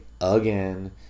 again